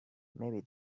maybe